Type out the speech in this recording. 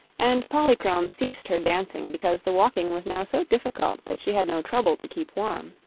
and polychrome ceased her dancing because the walking was now so difficult that she had no trouble to keep warm.